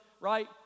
Right